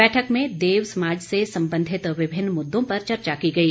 बैठक में देव समाज से संबंधित विभिन्न मुददों पर चर्चा की गई